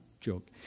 joke